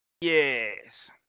Yes